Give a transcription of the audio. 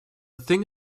thing